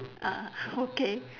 ah okay